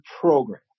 program